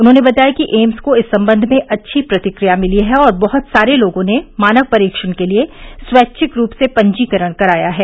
उन्होंने बताया कि एम्स को इस संबंध में अच्छी प्रतिक्रिया मिली है और बहुत सारे लोगों ने मानव परीक्षण के लिए स्वैच्छिक रूप से पंजीकरण कराया है